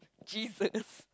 Jesus